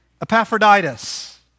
Epaphroditus